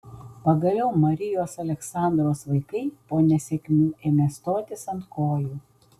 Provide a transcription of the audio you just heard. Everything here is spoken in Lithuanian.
pagaliau marijos aleksandros vaikai po nesėkmių ėmė stotis ant kojų